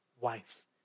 wife